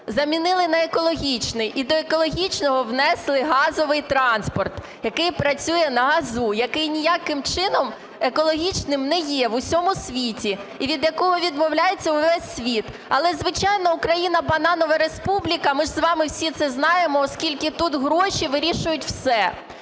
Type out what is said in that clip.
замінили на екологічний. І до екологічного внесли газовий транспорт, який працює на газу, який ніяким чином екологічним не є в усьому світі і від якого відмовляється увесь світ. Але, звичайно, Україна - бананова республіка, ми ж з вами всі це знаємо, оскільки тут гроші вирішують все.